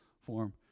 form